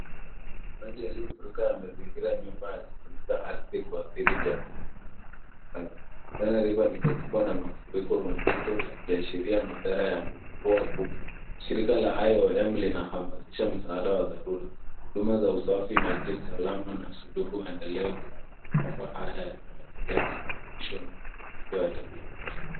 Maji yaliyofurika yamezingira nyumba yakifunika ardhi kuadhiri jamii, miundombinu na makazi. Tana River imekumbwa na mafuriko mazito yakiashiria madhara ya mvua kubwa. Shirika la IOM linahamasisha msaada wa dharura. Huduma za usafi, maji salama na suluhu endelevu kwa maafa haya yanayoendelea kusababishwa na mabadiliko ya tabia nchi.